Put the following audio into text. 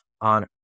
on